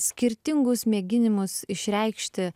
skirtingus mėginimus išreikšti